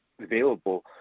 available